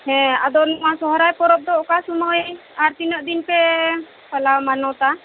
ᱦᱮᱸ ᱟᱫᱚ ᱱᱚᱣᱟ ᱥᱚᱦᱚᱨᱟᱭ ᱯᱚᱨᱚᱵᱽ ᱫᱚ ᱚᱠᱟ ᱥᱚᱢᱚᱭ ᱟᱨ ᱛᱤᱱᱟᱜ ᱫᱤᱱ ᱯᱮ ᱯᱟᱞᱟᱣ ᱢᱟᱱᱚᱛᱟ